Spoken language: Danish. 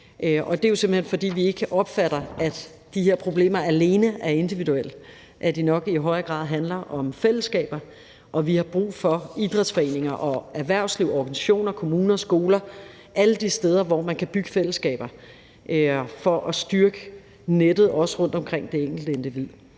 hen, fordi vi ikke opfatter det sådan, at de her problemer alene er individuelle, men at det nok i højere grad handler om fællesskaber, og vi har brug for idrætsforeninger, erhvervsliv, organisationer, kommuner, skoler alle de steder, hvor man kan bygge fællesskaber, også for at styrke netværket rundt omkring det enkelte individ.